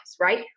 right